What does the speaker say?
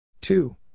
two